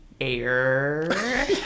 air